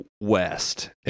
west